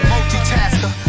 Multitasker